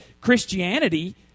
Christianity